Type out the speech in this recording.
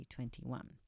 2021